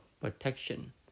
protection